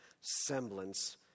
semblance